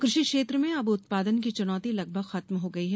कृषि क्षेत्र में अब उत्पादन की चुनौती लगभग खत्म हो गई है